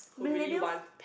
who really want